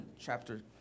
Chapter